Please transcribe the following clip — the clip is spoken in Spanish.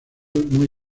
muy